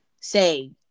say